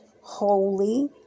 holy